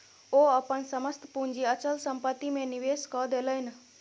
ओ अपन समस्त पूंजी अचल संपत्ति में निवेश कय देलैन